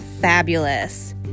fabulous